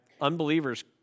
unbelievers